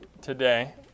today